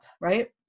right